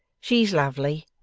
she's lovely,